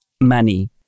Money